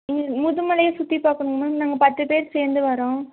இங்கே முதுமலையை சுற்றி பார்க்கணும் மேம் நாங்கள் பத்து பேர் சேர்ந்து வரோம்